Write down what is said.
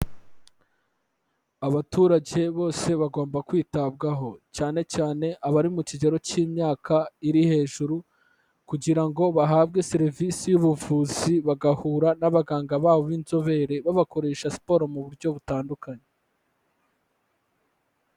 Abaturage bose bagomba kwitabwaho, cyane cyane abari mu kigero cy'imyaka iri hejuru, kugira ngo bahabwe serivisi y'ubuvuzi bagahura n'abaganga babo b'inzobere, babakoresha siporo mu buryo butandukanye.